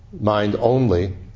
mind-only